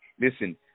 listen